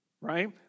Right